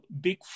big